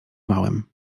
małym